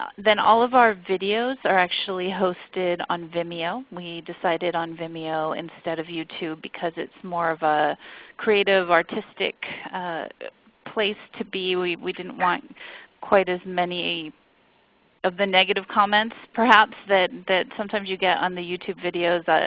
ah then all of our videos are actually hosted on vimeo. we decided on vimeo instead of youtube because it's more of a creative artistic place to be. we we didn't want quite as many of the negative comments perhaps that that sometimes you get on the youtube videos.